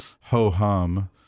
ho-hum